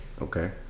okay